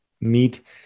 meet